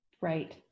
Right